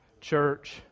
church